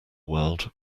world